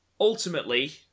ultimately